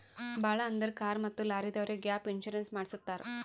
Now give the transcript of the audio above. ಭಾಳ್ ಅಂದುರ್ ಕಾರ್ ಮತ್ತ ಲಾರಿದವ್ರೆ ಗ್ಯಾಪ್ ಇನ್ಸೂರೆನ್ಸ್ ಮಾಡುಸತ್ತಾರ್